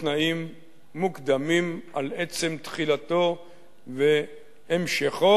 תנאים מוקדמים על עצם תחילתו והמשכו,